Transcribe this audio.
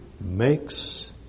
makes